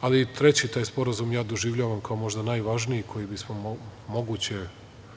Ali, treći taj sporazum ja doživljavam kao možda najvažniji koji je bismo, moguće